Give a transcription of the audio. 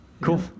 cool